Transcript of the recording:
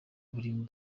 muri